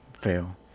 fail